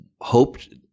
hoped